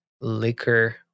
liquor